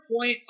point